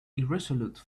irresolute